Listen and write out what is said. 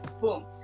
Boom